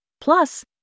plus